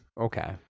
Okay